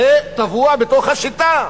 זה טבוע בתוך השיטה.